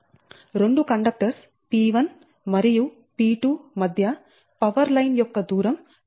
2 conductors P1 మరియు P2 మధ్య power line యొక్క దూరం 4m